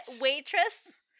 waitress